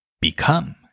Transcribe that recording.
become